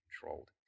controlled